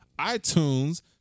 iTunes